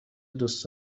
دوست